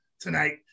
tonight